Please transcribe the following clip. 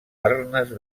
arnes